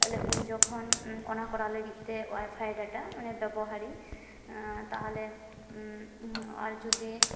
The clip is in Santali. ᱩᱱ ᱡᱚᱠᱷᱚᱱ ᱚᱱᱟ ᱠᱚᱨᱟᱣ ᱞᱟᱹᱜᱤᱫᱛᱮ ᱳᱣᱟᱭᱯᱷᱟᱭ ᱰᱟᱴᱟ ᱢᱟᱱᱮ ᱵᱮᱵᱚᱦᱟᱨᱤᱧ ᱛᱟᱦᱚᱞᱮ ᱟᱨ ᱡᱩᱫᱤ